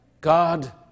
God